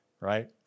right